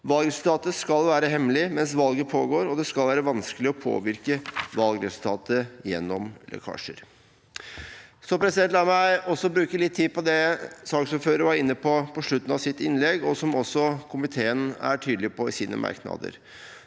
valgresultatet skal være hemmelig mens valget pågår, og det skal være vanskelig å påvirke valgresultatet gjennom lekkasjer. La meg også bruke litt tid på det saksordføreren var inne på på slutten av sitt innlegg, og som også komiteen er tydelig på i sine merknader.